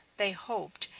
they hoped,